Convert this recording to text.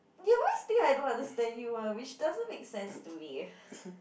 you always think I don't understand you [one] which doesn't make sense to me